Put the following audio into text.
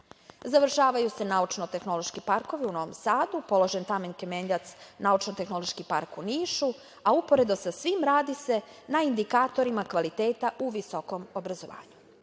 se naučno-tehnološki parkovi u Novom Sadu. Položen je kamen temeljac za naučno-tehnološki park u Nišu, a uporedo sa svim radi se na indikatorima kvaliteta u visokom obrazovanju. Imamo